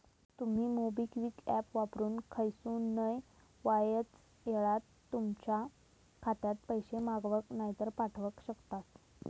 तुमी MobiKwik app वापरून खयसूनय वायच येळात तुमच्या खात्यात पैशे मागवक नायतर पाठवक शकतास